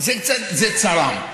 זה צרם.